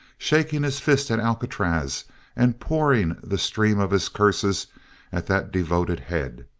shaking his fist at alcatraz and pouring the stream of his curses at that devoted head.